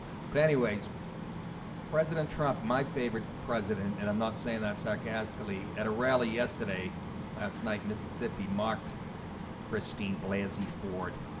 but anyways president trump my favorite president and i'm not saying that sarcastically at a rally yesterday last night mississippi mocked kristinb lazy ford